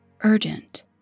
urgent